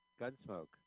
Gunsmoke